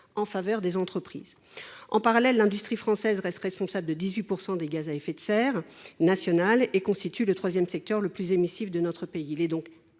en faveur des entreprises ». En parallèle, l’industrie française reste responsable de 18 % des émissions nationales de gaz à effet de serre et constitue le troisième secteur le plus émissif de notre pays. Il est donc